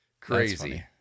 Crazy